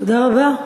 תודה רבה.